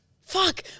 Fuck